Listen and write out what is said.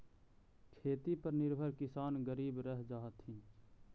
खेती पर निर्भर किसान गरीब रह जा हथिन